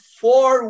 four